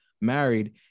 married